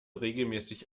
regelmäßig